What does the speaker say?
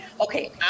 Okay